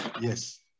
Yes